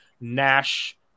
Nash